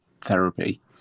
therapy